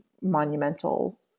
monumental